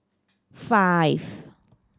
five